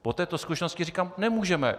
Po této zkušenosti říkám: nemůžeme!